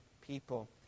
people